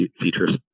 features